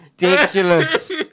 Ridiculous